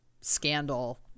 scandal